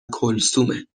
کلثومه